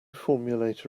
formulate